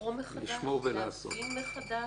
לקרוא מחדש, להבין מחדש,